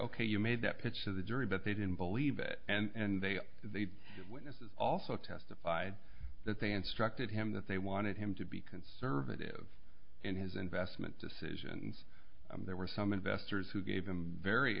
ok you made that pitch to the jury but they didn't believe it and they the witnesses also testified that they instructed him that they wanted him to be conservative in his investment decisions there were some investors who gave him very